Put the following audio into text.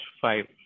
five